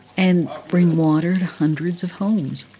and bring water to hundreds of homes